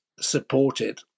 supported